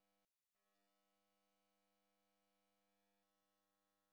আমি সজনে গাছে কিভাবে তাড়াতাড়ি ফুল আনব?